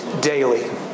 daily